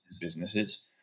businesses